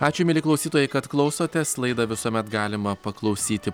ačiū mieli klausytojai kad klausotės laidą visuomet galima paklausyti